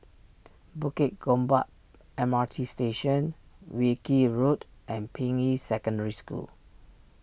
Bukit Gombak M R T Station Wilkie Road and Ping Yi Secondary School